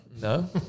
No